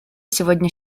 сегодня